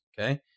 okay